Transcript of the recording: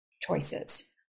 choices